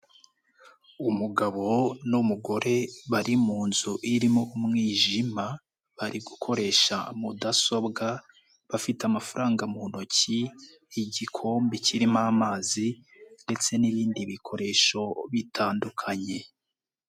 Umugabo n'umugore bari mu nzu irimo umwijima bari gukoresha mudasobwa bafite amafaranga mu ntoki, igikombe kirimo amazi ndetse n'ibindi bikoresho bitandukanye.